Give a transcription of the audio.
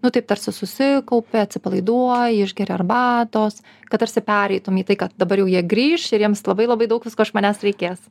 nu taip tarsi susikaupi atsipalaiduoji išgeri arbatos kad tarsi pereitum į tai kad dabar jau jie grįš ir jiems labai labai daug visko iš manęs reikės